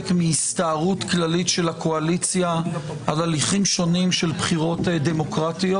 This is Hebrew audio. מהסתערות כללית של הקואליציה על הליכים שונים של בחירות דמוקרטיות.